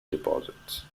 deposits